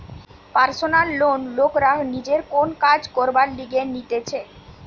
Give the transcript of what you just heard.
personal loan লোকরা নিজের কোন কাজ করবার লিগে নিতেছে